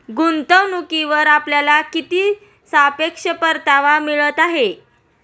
गुंतवणूकीवर आपल्याला किती सापेक्ष परतावा मिळत आहे?